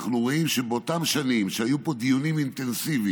אנחנו רואים שבאותן שנים שבהן היו פה דיונים אינטנסיביים,